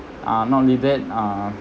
ah not only that ah